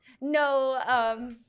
No